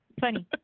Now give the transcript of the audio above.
funny